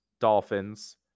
Dolphins